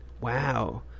Wow